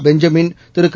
Benjamin திரு க